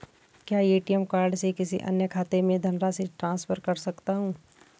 क्या ATM card से किसी अन्य खाते में धनराशि ट्रांसफर कर सकता हूँ?